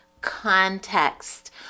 context